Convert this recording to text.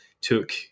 took